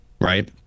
right